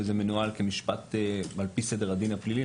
וזה מנוהל כמשפט על פי סדר הדין הפלילי,